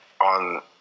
on